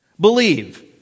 believe